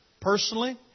Personally